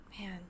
man